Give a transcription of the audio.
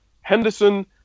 Henderson